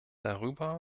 darüber